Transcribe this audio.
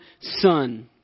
son